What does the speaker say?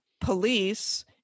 police